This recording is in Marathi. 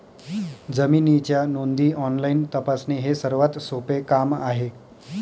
जमिनीच्या नोंदी ऑनलाईन तपासणे हे सर्वात सोपे काम आहे